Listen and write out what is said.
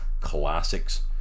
classics